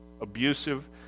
abusive